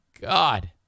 God